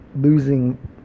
losing